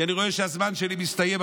כי אני רואה שהזמן שלי מסתיים,